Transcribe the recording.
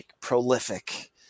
prolific